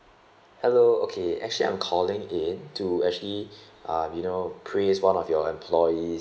hello okay actually I'm calling in to actually uh you know praise one of your employees